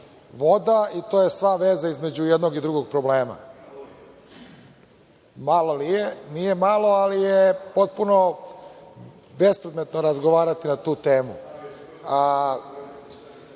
voda, i to je sva veza između jednog i drugog problema. Nije malo, ali je potpuno bespredmetno razgovarati na tu temu.